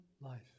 life